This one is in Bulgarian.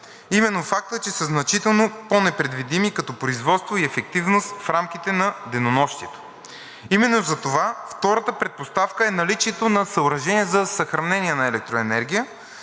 Именно фактът, че са значително по-непредвидими като производство и ефективност в рамките на денонощието. Именно затова втората предпоставка е наличието на съоръжения за съхранение на електроенергия,